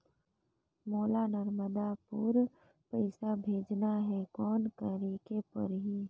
मोला नर्मदापुर पइसा भेजना हैं, कौन करेके परही?